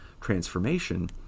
transformation